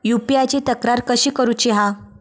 UPI ची तक्रार कशी करुची हा?